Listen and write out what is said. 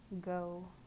go